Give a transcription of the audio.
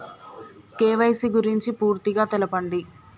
KYC గురించి పూర్తిగా తెలపండి?